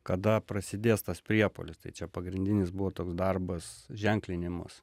kada prasidės tas priepuolis tai čia pagrindinis buvo toks darbas ženklinimas